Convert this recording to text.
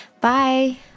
Bye